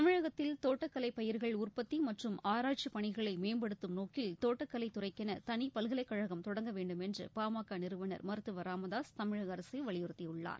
தமிழகத்தில் தோட்டக்கலை பயிர்கள் உற்பத்தி மற்றும் ஆராய்ச்சிப் பணிகளை மேம்படுத்தும் நோக்கில் தோட்டக்கலைத் துறைக்கென தனி பல்கலைக் கழகம் தொடங்க வேண்டும் என்று பாமக நிறுவனர் மருத்துவர் ச ராமதாசு தமிழக அரசை வலியுறுத்தியுள்ளார்